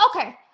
Okay